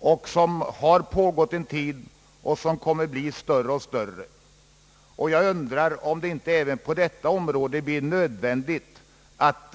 En sådan har pågått en tid och kommer väl att bedrivas i ökad omfattning. Jag undrar om det inte även på detta område blir nödvändigt att